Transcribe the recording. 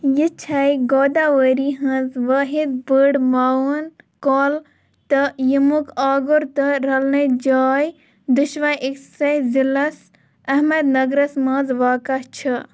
یہِ چھےٚ گوداؤری ہٕنٛز وٲحِد بٔڈ معاوُن کۄل تہٕ ییٚمیُک آگُر تہٕ رلنٕچ جاے دۄشوَے أکۍسٕے ضِلعس احمد نٔگرَس منٛز واقع چھِ